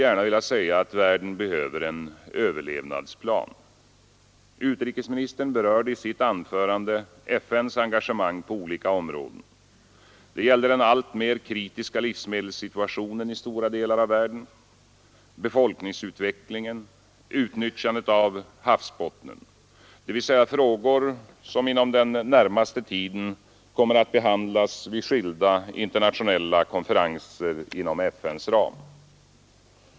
Världen behöver en överlevnadsplan. Utrikesministern berörde i sitt anförande FN:s engagemang på olika områden. Det gällde den alltmer kritiska livsmedelssituationen i stora delar av världen, befolkningsutvecklingen, utnyttjandet av havsbottnen, dvs. frågor som inom den närmaste tiden kommer att behandlas vid skilda internationella konferenser inom FN:s ram.